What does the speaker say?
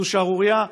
זו שערורייה.